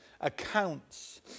accounts